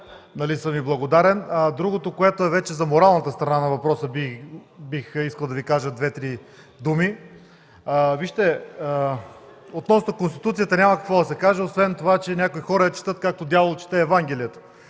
което съм й благодарен. Другото, вече за моралната страна на въпроса, бих искал да Ви кажа две-три думи. Относно Конституцията няма какво да се каже освен това, че някои хора я четат като дявола чете Евангелието